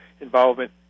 involvement